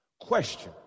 Question